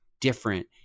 different